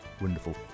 Wonderful